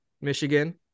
Michigan